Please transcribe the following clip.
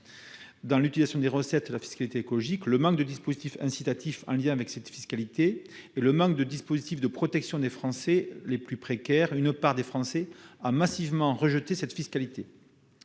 dans l'utilisation des recettes de la fiscalité écologique, le manque de dispositifs incitatifs et le manque de dispositifs de protection des Français les plus précaires, une partie de nos compatriotes a massivement rejeté cette fiscalité,